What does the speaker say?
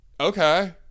Okay